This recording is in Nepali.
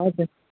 हजुर